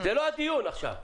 זה לא הדיון עכשיו.